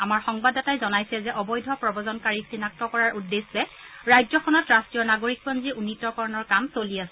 আমাৰ সংবাদদাতাই জনাইছে যে অবৈধ প্ৰৱজনকাৰীক চিনাক্ত কৰাৰ উদ্দেশ্যে ৰাজ্যখনত ৰাষ্ট্ৰীয় নাগৰিকপঞ্জী উন্নীতকৰণৰ কাম চলি আছে